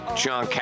John